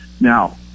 now